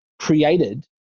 created